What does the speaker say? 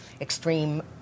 extreme